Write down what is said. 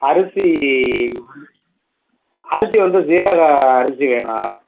அரிசி அரிசி வந்து ஜீரக அரிசி வேணும்